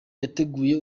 yateguye